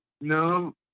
No